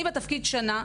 אני בתפקיד שנה,